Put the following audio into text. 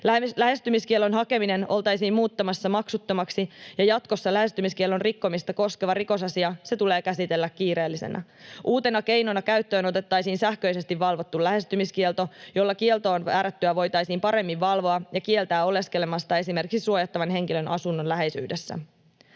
Lähestymiskiellon hakeminen oltaisiin muuttamassa maksuttomaksi, ja jatkossa lähestymiskiellon rikkomista koskeva rikosasia tulee käsitellä kiireellisenä. Uutena keinona käyttöön otettaisiin sähköisesti valvottu lähestymiskielto, jolla kieltoon määrättyä voitaisiin paremmin valvoa ja kieltää oleskelemasta esimerkiksi suojattavan henkilön asunnon läheisyydessä.